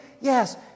Yes